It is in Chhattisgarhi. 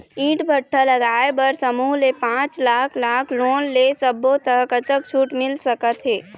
ईंट भट्ठा लगाए बर समूह ले पांच लाख लाख़ लोन ले सब्बो ता कतक छूट मिल सका थे?